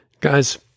Guys